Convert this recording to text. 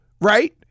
right